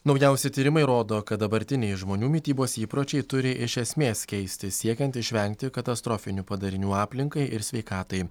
naujausi tyrimai rodo kad dabartiniai žmonių mitybos įpročiai turi iš esmės keistis siekiant išvengti katastrofinių padarinių aplinkai ir sveikatai